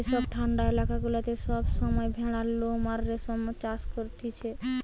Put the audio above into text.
যেসব ঠান্ডা এলাকা গুলাতে সব সময় ভেড়ার লোম আর রেশম চাষ করতিছে